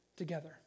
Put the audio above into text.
together